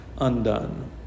Undone